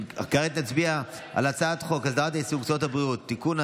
כעת נצביע על הצעת חוק הסדרת העיסוק במקצועות הבריאות (תיקון,